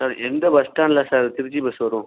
sir எந்த bus ஸ்டாண்டில் sir Trichy bus வரும்